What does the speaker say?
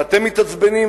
ואתם מתעצבנים,